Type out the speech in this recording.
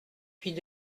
puits